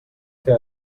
que